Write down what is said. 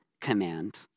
command